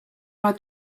ole